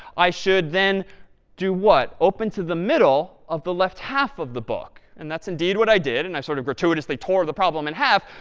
i should then do what? open to the middle of the left half of the book. and that's indeed what i did. and i sort of gratuitously tore the problem in half.